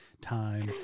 time